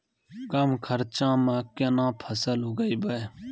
कम खर्चा म केना फसल उगैबै?